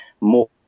more